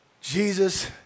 Jesus